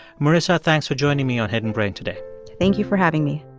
marisa, thanks for joining me on hidden brain today thank you for having me